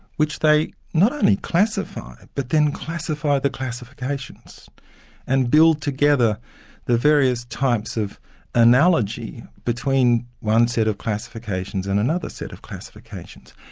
which they not only classify, classify, but then classify the classifications and build together the various types of analogy between one set of classifications and another set of classifications.